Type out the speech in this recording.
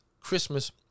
Christmas